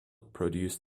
produced